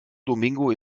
domingo